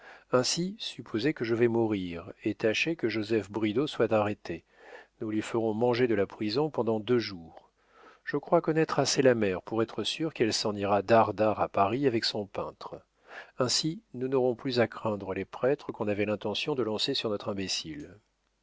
ainsi supposez que je vais mourir et tâchez que joseph bridau soit arrêté nous lui ferons manger de la prison pendant deux jours je crois connaître assez la mère pour être sûr qu'elle s'en ira d'arre d'arre à paris avec son peintre ainsi nous n'aurons plus à craindre les prêtres qu'on avait l'intention de lancer sur notre imbécile